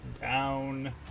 Down